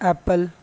apple